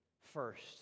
First